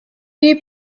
you